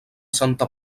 santa